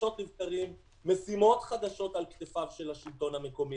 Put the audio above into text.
חדשות לבקרים משימות חדשות על כתפיו של השלטון המקומי,